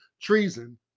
treason